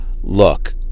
look